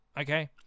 okay